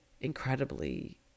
incredibly